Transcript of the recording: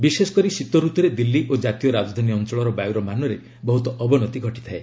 ବିଶେଷ କରି ଶୀତ ଋତୁରେ ଦିଲ୍ଲୀ ଓ ଜାତୀୟ ରାଜଧାନୀ ଅଞ୍ଚଳର ବାୟୁର ମାନରେ ବହୁତ ଅବନତି ଘଟିଥାଏ